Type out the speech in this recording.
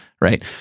Right